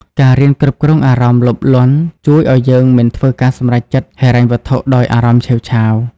ការរៀនគ្រប់គ្រងអារម្មណ៍លោភលន់ ជួយឱ្យយើងមិនធ្វើការសម្រេចចិត្តហិរញ្ញវត្ថុដោយអារម្មណ៍ឆេវឆាវ។